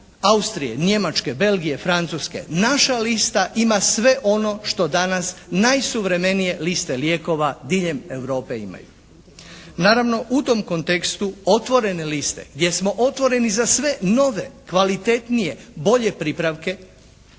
Austrije, Njemačke, Belgije, Francuske. Naša lista ima sve ono što danas najsuvremenije liste lijekova diljem Europe imaju. Naravno u tom kontekstu otvorene liste gdje smo otvoreni za sve nove, kvalitetnije, bolje pripravke